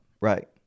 Right